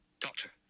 Doctor